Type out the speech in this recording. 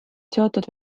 seotud